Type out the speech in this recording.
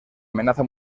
amenaza